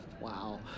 Wow